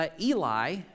Eli